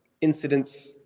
incidents